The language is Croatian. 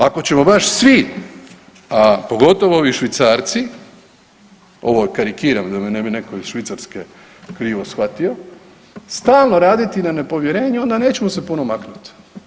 Ako ćemo baš svi pogotovo ovi Švicarci, ovo karikiram da me ne bi netko iz Švicarske krivo shvatio stalno raditi na nepovjerenju onda nećemo se puno maknuti.